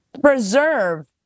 preserve